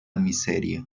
miseria